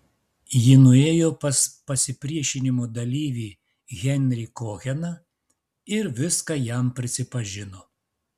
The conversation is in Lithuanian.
ji nuėjo pas pasipriešinimo dalyvį henrį koheną ir viską jam prisipažino